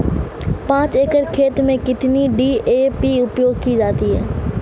पाँच एकड़ खेत में कितनी डी.ए.पी उपयोग की जाती है?